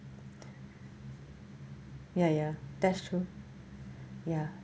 ya ya that's true ya